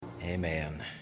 Amen